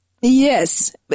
Yes